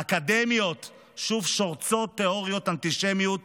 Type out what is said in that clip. האקדמיות שוב שורצות תיאוריות אנטישמיות